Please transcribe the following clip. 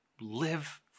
live